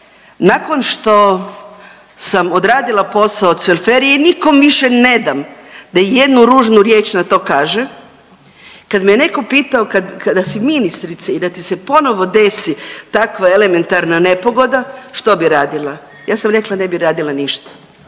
nakon što sam odradila posao u Cvelferiji nikom više ne dam da ijednu ružnu riječ na to kaže. Kad me neko pitao kad si ministrica i da ti se ponovo desi takva elementarna nepogoda što bi radila? Ja sam rekla ne bi radila ništa